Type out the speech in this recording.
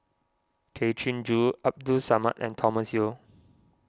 Tay Chin Joo Abdul Samad and Thomas Yeo